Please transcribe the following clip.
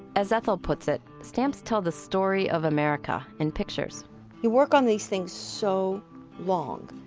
as ethel puts it, stamps tell the story of america in pictures you work on these things so long.